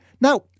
Now